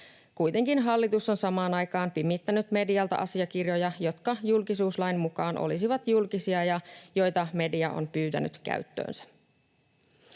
Kuitenkin hallitus on samaan aikaan pimittänyt medialta asiakirjoja, jotka julkisuuslain mukaan olisivat julkisia ja joita media on pyytänyt käyttöönsä.